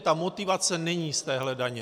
Ta motivace není z téhle daně.